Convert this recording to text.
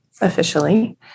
officially